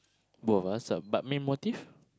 both ah s~ uh but main motive